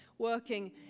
working